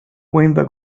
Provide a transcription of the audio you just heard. cuenta